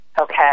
okay